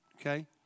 okay